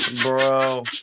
Bro